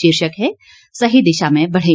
शीर्षक है सही दिशा में बढ़ें